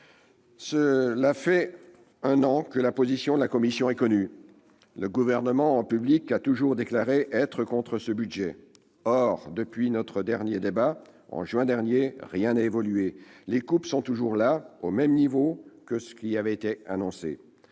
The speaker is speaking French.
Cela fait un an que la position de la Commission est connue. Le Gouvernement a toujours déclaré, en public, être contre ce budget. Or, depuis notre dernier débat, en juin dernier, rien n'a évolué. Les coupes sont toujours là, au même niveau que ce qui avait été annoncé.